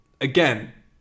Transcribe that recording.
Again